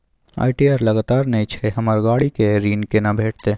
ITR लगातार नय छै हमरा गाड़ी के ऋण केना भेटतै?